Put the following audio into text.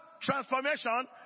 transformation